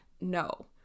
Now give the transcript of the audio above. No